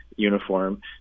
uniform